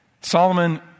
Solomon